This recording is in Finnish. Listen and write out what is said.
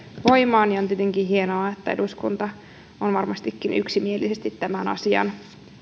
voimaan ja on tietenkin hienoa että eduskunta on varmastikin yksimielisesti tämän asian